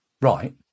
Right